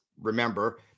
remember